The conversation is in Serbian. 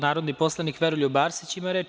Narodni poslanik Veroljub Arsić ima reč.